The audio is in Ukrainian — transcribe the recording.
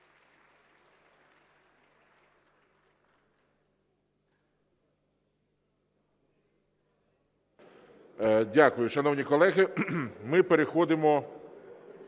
Дякую. Шановні колеги, ми переходимо